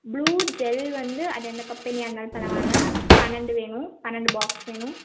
blue gel வந்து அது என்ன கம்பெனியாக இருந்தாலும் பரவாயில்ல பன்னெண்டு வேணும் பன்னெண்டு பாக்ஸ் வேணும்